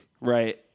Right